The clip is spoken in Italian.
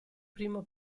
primo